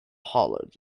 hollered